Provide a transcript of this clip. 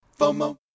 FOMO